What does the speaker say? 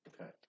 Okay